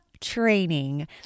training